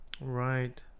Right